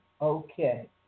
Okay